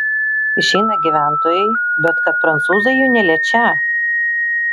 išeina gyventojai bet kad prancūzai jų neliečią